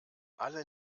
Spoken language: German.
alle